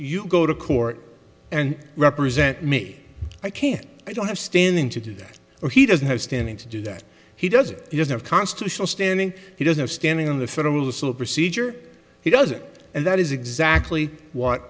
you go to court and represent me i can't i don't have standing to do that so he doesn't have standing to do that he doesn't have constitutional standing he doesn't have standing in the federal civil procedure he doesn't and that is exactly what